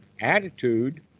attitude